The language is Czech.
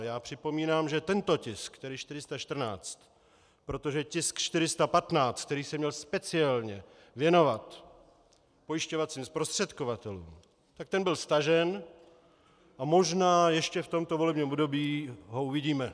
Já připomínám, že tento tisk, tedy 414, protože tisk 415, který se měl speciálně věnovat pojišťovacím zprostředkovatelům, byl stažen a možná ještě v tomto volebním období ho uvidíme.